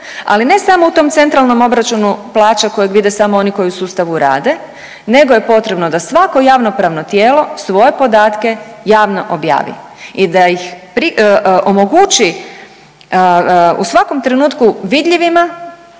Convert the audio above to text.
ali ne samo u tom COP-u koji vide samo oni koji u sustavu rade nego je potrebno da svako javnopravno tijelo svoje podatke javno objavi i da ih omogući u svakom trenutku vidljivima